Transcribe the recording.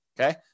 Okay